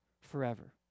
forever